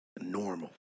normal